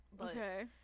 Okay